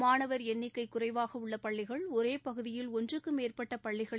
மாணவர் எண்ணிக்கை குறைவாக உள்ள பள்ளிகள் ஒரே பகுதியில் ஒன்றுக்கும் மேற்பட்ட பள்ளிகள்